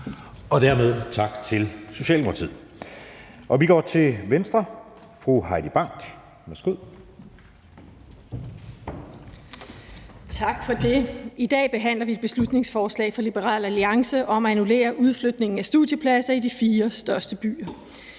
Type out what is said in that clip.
Venstre. Fru Heidi Bank, værsgo. Kl. 16:55 (Ordfører) Heidi Bank (V): Tak for det. I dag behandler vi et beslutningsforslag fra Liberal Alliance om at annullere udflytningen af studiepladser i de fire største byer.